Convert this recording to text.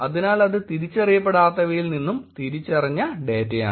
അതിനാൽ അത് തിരിച്ചറിയപ്പെടാത്തവയിൽ നിന്നും തിരിച്ചറിഞ്ഞ ഡേറ്റയാണ്